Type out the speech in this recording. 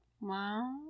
wow